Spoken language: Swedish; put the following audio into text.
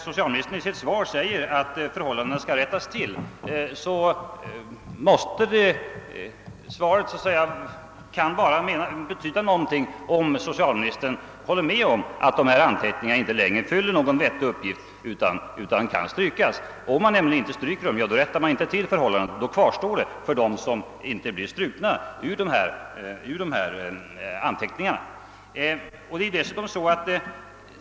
Socialministerns uttalande i svaret att förhållandena skall rättas till har ju ingen faktisk innebörd annat än om socialministern instämmer i att dessa anteckningar inte längre fyller någon veltig uppgift utan kan strykas. Om man inte stryker dem, rättar man nämligen inte till: förhållandet utan detta kvarstår då för de personer, beträffande vilka dessa anteckningar gjorts.